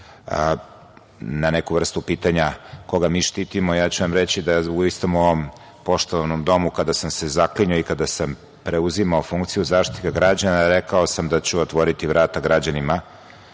neku vrstu pitanja – koga mi štitimo, ja ću vam reći da u istom ovom poštovanom domu kada sam se zaklinjao i kada sam preuzimao funkciju Zaštitnika građana, rekao sam da ću otvoriti vrata građanima